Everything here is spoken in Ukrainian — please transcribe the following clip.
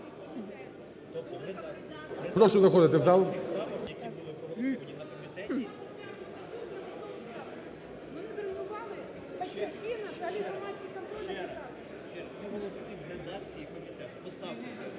Прошу заходити в зал.